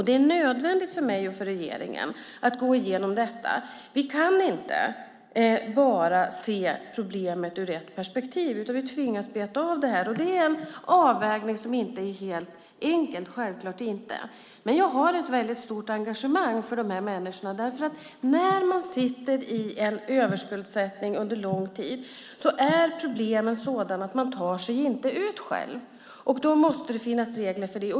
Det är nödvändigt för mig och för regeringen att gå igenom detta. Vi kan inte bara se problemet ur ett perspektiv, utan vi tvingas beta av det här. Det är en avvägning som självklart inte är helt enkel. Men jag har ett väldigt stort engagemang för de här människorna. När man under lång tid sitter i en överskuldsättning är problemen nämligen sådana att man inte tar sig ut själv. Då måste det finnas regler för det.